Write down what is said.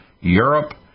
Europe